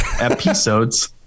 episodes